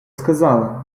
сказали